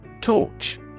Torch